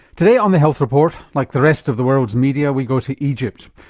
today on the health report like the rest of the world's media we go to egypt.